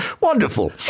wonderful